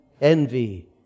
Envy